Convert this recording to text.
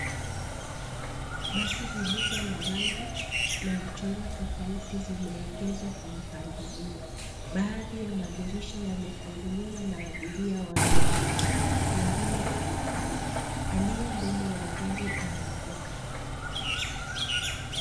Basi zilizo na rangi na mchoro tofauti zimeegezwa kwa mpangilio, baadhi ya madirisha yamefunguliwa na abiria wameketi, mwingine anapanda, aliye mbele ya gari anavuka.